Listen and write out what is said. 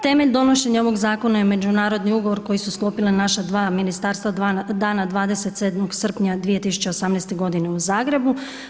Temelj donošenja ovog zakona je međunarodni ugovor koji su sklopili naša dva ministarstva dana 27.07.2018. godine u Zagrebu.